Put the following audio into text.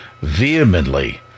vehemently